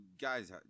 Guys